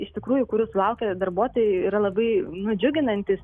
iš tikrųjų kurių sulaukia darbuotojai yra labai nudžiuginantys